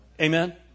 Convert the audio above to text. Amen